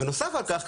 נוסף על כך,